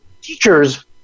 teachers